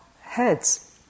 heads